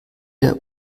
der